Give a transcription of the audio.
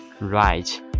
Right